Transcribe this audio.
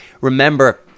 remember